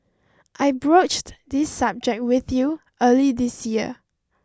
I broached this subject with you early this year